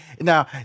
Now